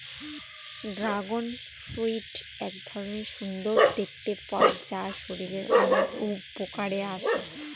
dragon fruit এক ধরনের সুন্দর দেখতে ফল যা শরীরের অনেক উপকারে আসে